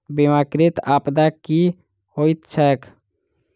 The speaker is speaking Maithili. बीमाकृत आपदा की होइत छैक?